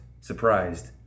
surprised